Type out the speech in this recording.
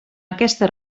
aquesta